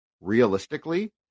realistically